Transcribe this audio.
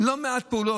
לא מעט פעולות.